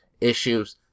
issues